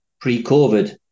pre-COVID